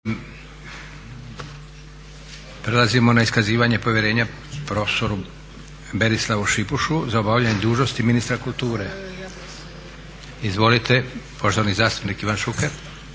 prelazimo na iskazivanje povjerenja profesoru Berislavu Šipušu za obavljanje dužnosti ministra kulture. Izvolite, poštovani zastupnik Ivan Šuker.